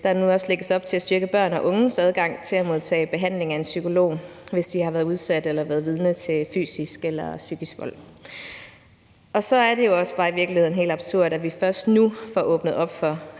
at der nu også lægges op til at styrke børn og unges adgang til at modtage behandling af en psykolog, hvis de har været udsat for eller været vidne til fysisk eller psykisk vold. Så er det jo også bare i virkeligheden helt absurd, at vi først nu får åbnet op for,